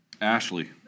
Ashley